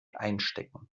einstecken